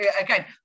again